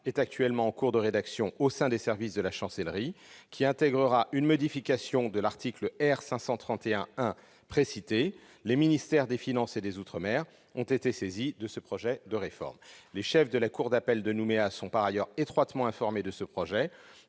d'État est en cours de rédaction au sein des services de la Chancellerie, décret qui intégrera une modification de l'article R. 531-1. Les ministères des finances et des outre-mer ont été saisis de ce projet de réforme. Les chefs de la cour d'appel de Nouméa sont par ailleurs étroitement informés de ce projet,